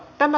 tämä